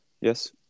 Yes